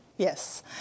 Yes